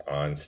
on